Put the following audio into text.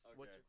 Okay